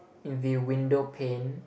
in view window pane